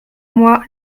moi